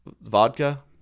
vodka